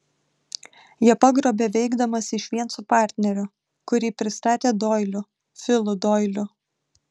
ją pagrobė veikdamas išvien su partneriu kurį pristatė doiliu filu doiliu